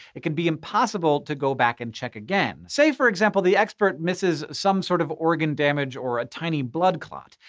it can be impossible to go back and check again. say, for example, an expert misses some sort of organ damage or a tiny blood clot.